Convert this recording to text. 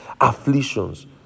afflictions